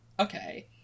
Okay